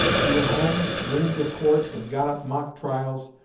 he went home, dreamed of courts, and got up mock trials,